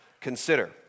consider